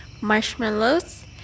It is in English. marshmallows